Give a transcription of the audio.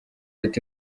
ati